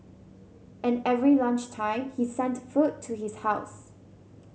and every lunch time he sent food to his house